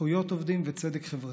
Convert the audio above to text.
זכויות עובדים וצדק חברתי.